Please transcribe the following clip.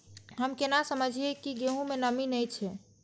हम केना समझये की गेहूं में नमी ने छे?